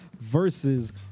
versus